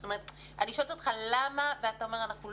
זאת אומרת אני שואלת אותך למה ואתה אומר שלא